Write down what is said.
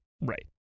right